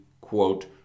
quote